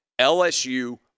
LSU